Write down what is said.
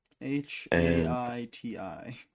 H-A-I-T-I